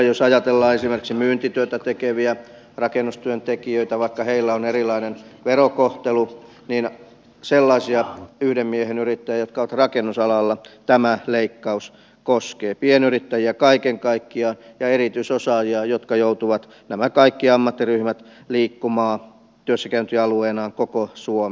jos ajatellaan esimerkiksi myyntityötä tekeviä rakennustyöntekijöitä vaikka heillä on erilainen verokohtelu niin sellaisia yhden miehen yrittäjiä jotka ovat rakennusalalla tämä leikkaus koskee pienyrittäjiä kaiken kaikkiaan ja erityisosaajia nämä kaikki ammattiryhmät joutuvat liikkumaan työssäkäyntialueenaan suomi